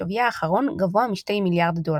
ושוויה האחרון גבוה מ-2 מיליארד דולר.